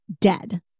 dead